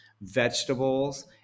vegetables